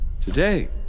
Today